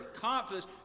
confidence